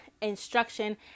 instruction